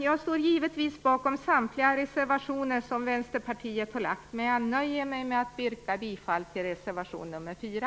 Jag står givetvis bakom samtliga reservationer som Vänsterpartiet har lagt, men jag nöjer mig med att yrka bifall till reservation nr 4.